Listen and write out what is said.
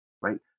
right